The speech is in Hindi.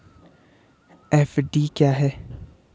एफ.डी क्या है?